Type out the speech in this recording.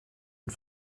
und